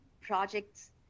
projects